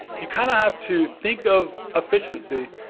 you kind of have to think of efficiency.